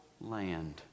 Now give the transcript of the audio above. land